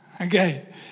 Okay